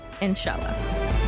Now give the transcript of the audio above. Inshallah